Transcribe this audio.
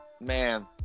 Man